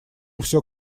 все